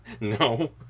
No